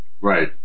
right